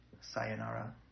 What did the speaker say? sayonara